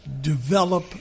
develop